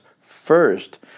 first